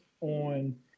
on